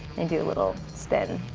and do a little spin.